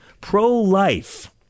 Pro-life